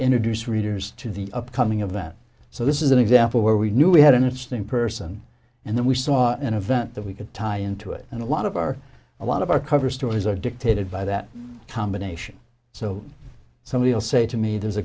introduce readers to the upcoming of that so this is an example where we knew we had an interesting person and then we saw an event that we could tie into it and a lot of our a lot of our cover stories are dictated by that combination so somebody else say to me there's a